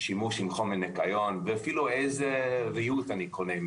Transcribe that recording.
שימוש בחומר ניקיון ואפילו איזה ריהוט אני קונה.